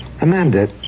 Amanda